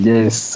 Yes